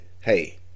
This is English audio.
hey